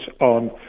on